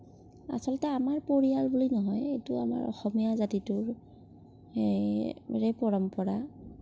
আচলতে আমাৰ পৰিয়াল বুলি নহয় এইটো আমাৰ অসমীয়া জাতিটোৰ এ পৰম্পৰা